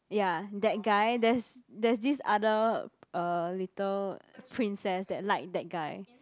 ya that guy there's there's this other uh little princess that like that guy